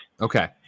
Okay